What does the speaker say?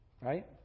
Right